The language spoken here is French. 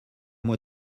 moi